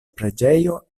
preĝejo